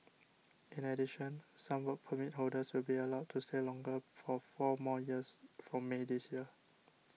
in addition some Work Permit holders will be allowed to stay longer for four more years from May this year